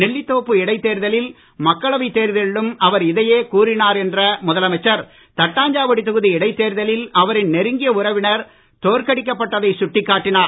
நெல்லிதோப்பு இடைத் தேர்தலிலும் மக்களவை தேர்தலிலும் அவர் இதையே கூறினார் என்ற முதலமைச்சர் தட்டாஞ்சாவடி தொகுதி இடைத் தேர்தலில் அவரின் நெருங்கிய உறவினர் தோற்கடிக்கப் பட்டதைச் சுட்டிக் காட்டினார்